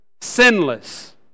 sinless